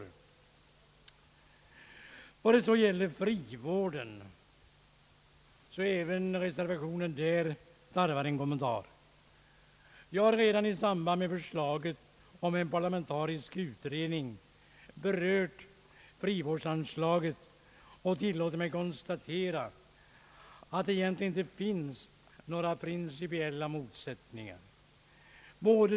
Även reservationen när det gäller frivården tarvar en kommentar. Jag har redan i samband med förslaget om en parlamentarisk utredning berört frivårdsanslaget och tillåtit mig konstatera att därvidlag egentligen inte finns några principella motsättningar.